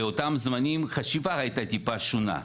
באותם זמנים החשיבה הייתה טיפה שונה.